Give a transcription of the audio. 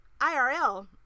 irl